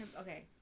okay